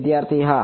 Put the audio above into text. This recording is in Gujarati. વિદ્યાર્થી હા